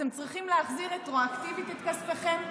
אתם צריכים להחזיר רטרואקטיבית את כספכם?